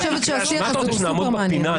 מה אתה רוצה, שנעמוד בפינה?